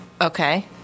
Okay